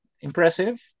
impressive